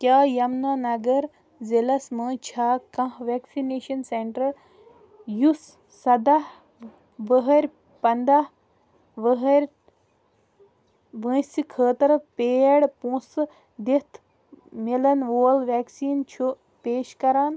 کیٛاہ یَمنا نَگر ضلعس مَنٛز چھا کانٛہہ ویکسِنیشن سینٹر یُس سداہ ؤہٕرۍ پَنٛداہ ؤہٕرۍ وٲنٛسہِ خٲطرٕ پیڈ پونٛسہٕ دِتھ مِلن وول ویکسیٖن چھُ پیش کران